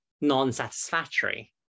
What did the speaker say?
non-satisfactory